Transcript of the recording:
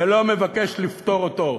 ולא מבקש לפתור אותו.